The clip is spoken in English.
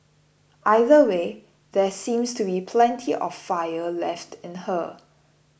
either way there seems to be plenty of fire left in her